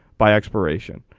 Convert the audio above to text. by expiration.